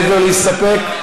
מעבר ללהסתפק?